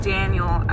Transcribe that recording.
Daniel